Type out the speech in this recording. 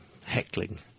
heckling